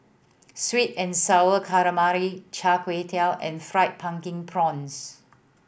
Sweet and Sour Calamari Char Kway Teow and Fried Pumpkin Prawns